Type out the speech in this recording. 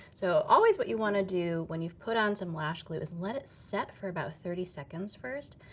so always what you want to do when you've put on some lash glue is let it set for about thirty seconds first.